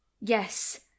yes